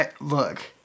Look